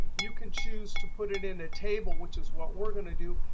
you can choose to put it in a table, which is what we're going to do.